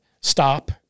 stop